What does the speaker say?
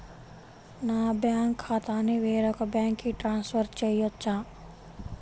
నా బ్యాంక్ ఖాతాని వేరొక బ్యాంక్కి ట్రాన్స్ఫర్ చేయొచ్చా?